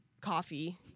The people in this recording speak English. coffee